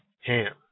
Ham